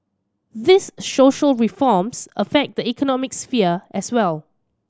these social reforms affect the economic sphere as well